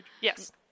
Yes